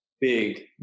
big